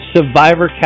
Survivor